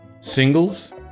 singles